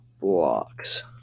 blocks